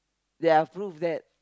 there are proof that